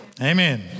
Amen